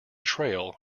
trail